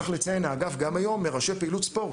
צריך לציין שגם היום האגף מרשה פעילות ספורט.